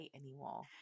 anymore